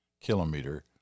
kilometer